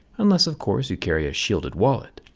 unless of course you carry a shielded wallet.